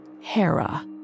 Hera